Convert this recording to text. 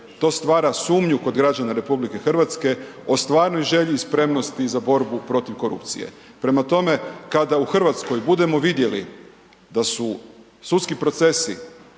to stvara sumnju kod građana RH o stvarnoj želji i spremnosti za borbu protiv korupcije. Prema tome, kada u RH budemo vidjeli da su sudski procesi,